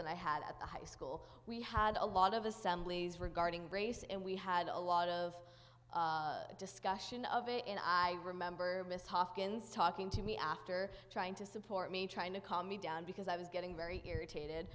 than i had at the high school we had a lot of assemblies regarding race and we had a lot of discussion of it and i remember bishoff gins talking to me after trying to support me trying to calm me down because i was getting very irritated